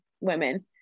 women